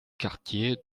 quartier